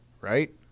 right